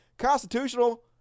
Constitutional